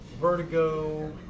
Vertigo